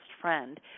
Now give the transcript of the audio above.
friend